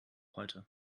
heute